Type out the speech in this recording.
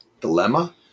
dilemma